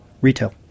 Retail